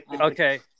okay